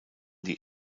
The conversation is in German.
die